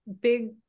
big